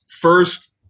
First